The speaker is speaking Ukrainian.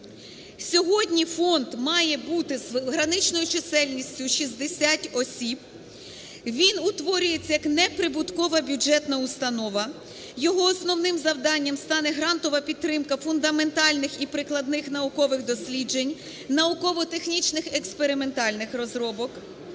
Сьогодні фонд має бути з граничною чисельністю 60 осіб. Він утворюється як неприбуткова бюджетна установа. Його основним завданням стане грантова підтримка фундаментальних і прикладних наукових досліджень, науково-технічних експериментальних розробок.